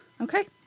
Okay